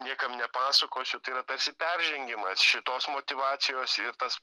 niekam nepasakosiu yra tarsi peržengimas šitos motyvacijos ir tas